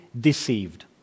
deceived